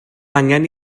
angen